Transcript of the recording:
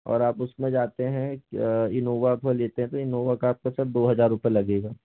और आप उसमें जाते हैं इन्नोवा को लेते हैं तो इन्नोवा का आपको सर दो हज़ार रुपये लगेगा